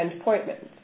appointments